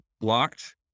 blocked